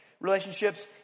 relationships